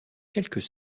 quelques